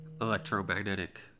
electromagnetic